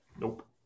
Nope